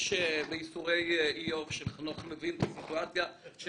יש בייסורי איוב של חנוך לוין סיטואציה של